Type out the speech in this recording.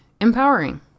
empowering